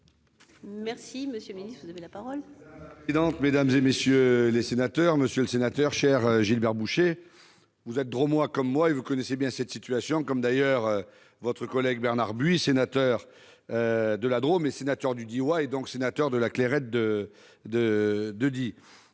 rosé dans le Diois ? La parole est à M. le ministre. Monsieur le sénateur, cher Gilbert Bouchet, vous êtes Drômois comme moi et vous connaissez bien cette situation, comme d'ailleurs votre collègue Bernard Buis, sénateur de la Drôme et sénateur du Diois, et donc sénateur de la Clairette de Die.